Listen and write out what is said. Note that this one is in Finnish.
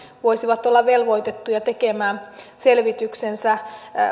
voisivat olla velvoitettuja tekemään selvityksensä